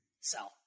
Sell